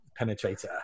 penetrator